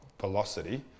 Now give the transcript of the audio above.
velocity